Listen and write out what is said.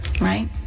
right